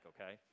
okay